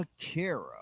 Akira